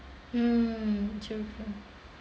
mm true true